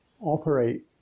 operate